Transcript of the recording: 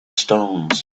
stones